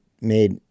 made